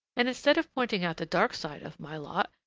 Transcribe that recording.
and instead of pointing out the dark side of my lot,